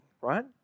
right